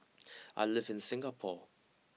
I live in Singapore